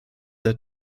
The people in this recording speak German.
der